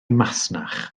masnach